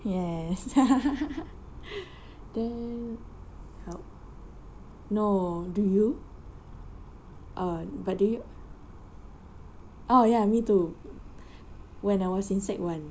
yes then no did you ah but do you ah ya me too when I was in sec one